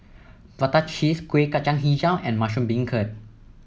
Prata Cheese Kueh Kacang hijau and Mushroom Beancurd